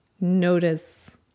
notice